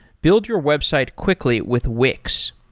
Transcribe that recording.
build your website quickly with wix.